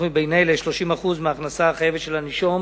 מבין אלה: 30% מההכנסה החייבת של הנישום